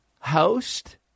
host